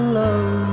love